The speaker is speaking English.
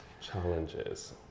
Challenges